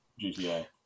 GTA